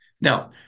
Now